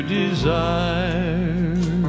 desire